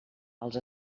els